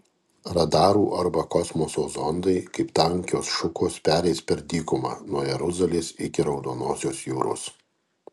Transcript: radarų arba kosmoso zondai kaip tankios šukos pereis per dykumą nuo jeruzalės iki raudonosios jūros